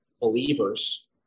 believers